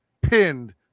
pinned